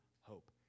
hope